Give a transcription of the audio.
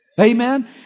Amen